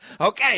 Okay